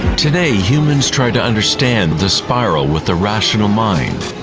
today humans try to understand the spiral with the rational mind